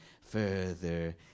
further